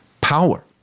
power